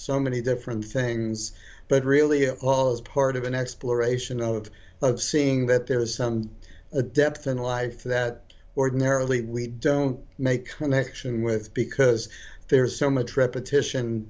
so many different things but really it was part of an exploration of seeing that there is some depth in life that ordinarily we don't make connection with because there's so much repetition